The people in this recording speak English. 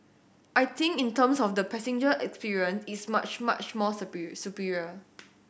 I think in terms of the passenger experience it's much much more superior superior